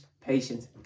patience